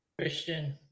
Christian